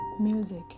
Music